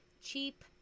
cheap